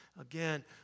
Again